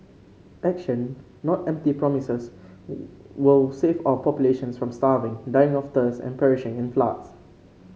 action not empty promises will save our populations from starving dying of thirst and perishing in floods